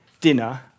dinner